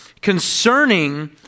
concerning